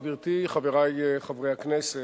גברתי, חברי חברי הכנסת,